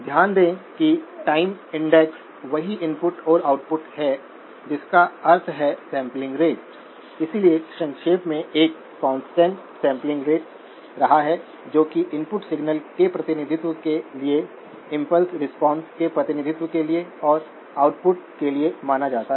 ध्यान दें कि टाइम इंडेक्स वही इनपुट और आउटपुट है जिसका अर्थ है सैंपलिंग रेट इसलिए संक्षेप में एक कांस्टेंट सैंपलिंग रेट रहा है जो कि इनपुट सिग्नल के प्रतिनिधित्व के लिए इम्पल्स रिस्पांस के प्रतिनिधित्व के लिए और आउटपुट के लिए माना जाता है